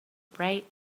bright